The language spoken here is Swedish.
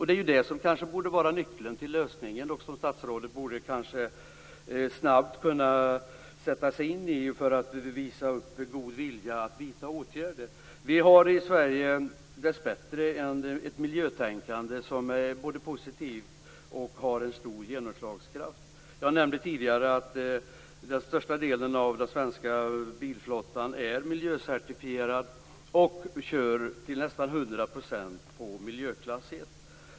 Det är ju det som borde vara nyckeln till lösningen och som statsrådet snabbt borde sätta sig in för att visa god vilja att vidta åtgärder. Vi har i Sverige dessbättre ett miljötänkande som både är positivt och har stor genomslagskraft. Jag nämnde tidigare att den största delen av den svenska bilflottan är miljöcertifierad och använder till nästan hundra procent miljöklass 1.